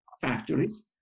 factories